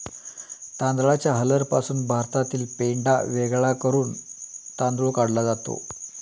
तांदळाच्या हलरपासून भातातील पेंढा वेगळा करून तांदूळ काढला जातो